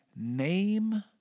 name